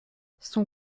son